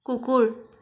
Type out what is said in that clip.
কুকুৰ